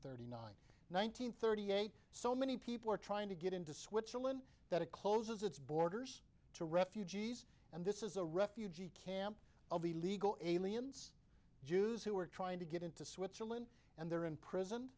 thousand nine hundred thirty eight so many people are trying to get into switzerland that it closes its borders to refugees and this is a refugee camp of illegal aliens jews who are trying to get into switzerland and there in prison